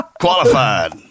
Qualified